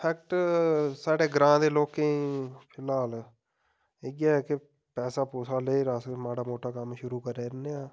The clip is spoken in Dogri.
अफैक्ट साढ़ै ग्रांऽ दे लोकें ई फिलहाल इ'यै कि पैसा पुसा लेइ'र अस माड़ा मुट्टा कम्म शुरू करै'रने आं